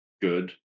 good